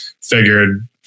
figured